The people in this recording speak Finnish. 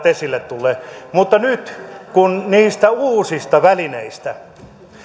esille tullut mutta nyt kun niistä uusista välineistä on